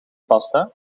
pasta